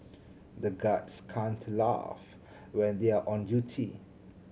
the guards can't laugh when they are on duty